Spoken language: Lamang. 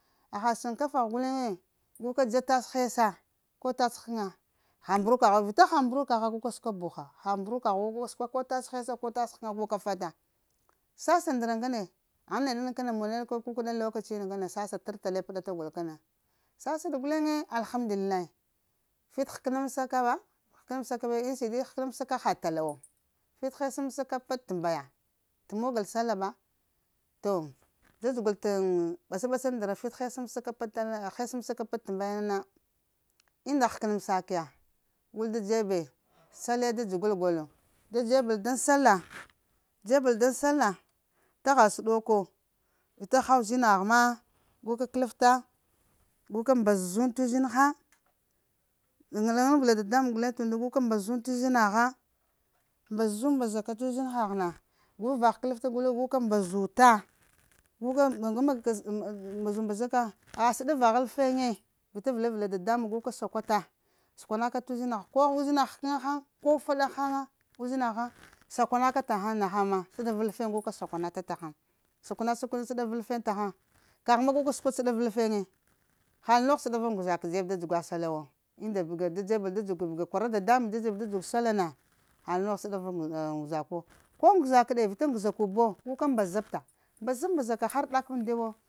Aha shinkafaha gulden guka ja. a tassh less koh talla koh tass ghakana guka fata ha mburakahowo guka suka buha ha mburakahowo guka suka tass hess ko tass ghakana guka fata sasaha ndara ngane ahang nedena kana mune sasa lokociniyi sasa tartalle batakaful kana sasade gullen allahamdulihah fiti ghaka anmsaka ba enɗasidi ghakanamsaka ha tallawo fiti ghesamsaka batttambaya ta mugul sallah ba to jagul tan basa basal tandara fiti ghesamsaka batt tahh fiti ghesamsaka batt tambayana enna ghakananmsakiya gulda jeɓɓe sallah da jugul gulowo da jeɓɓal ɗan sallah jeɓɓel dan sallah taha sudukowo vita aha uzinahama guka kalfta guka da mbazunta uzinaha langabla dandamban tunɗu gulle guka mbazun tuzinaha mbazunzaka tuzinahna gukaha kalfata gullen mbazuta mbazubazaka aha shaɗdahva ha gullen alfenge vita valada vala daɗanmban guka sakuta sukanaka anga uzinaha koh uzinaha ghakan hang koh uffada hang uzinaha sakun aka taha nahang ma shaddava alfin g guka sakunata tahang kaha ma guka suka ta shaddava alfenge hal nuhowo shaddaca nguzak jebb da jug a sallahwo enɗa fugu kura dadanmba n jeɓɓe da jug sallah na hall nohowo sahddava nguzakuwo koh nguzakaɗe vita nguzukubuwo guka mbazata mbazab mbuzaka ha ardaka amɗiy awo